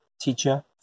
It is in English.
teacher